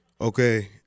Okay